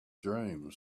dreams